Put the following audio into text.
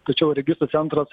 tačiau registrų centras